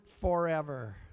forever